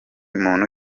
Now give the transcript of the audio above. muntu